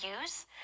use